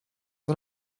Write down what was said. der